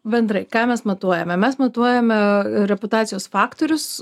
bendrai ką mes matuojame mes matuojame reputacijos faktorius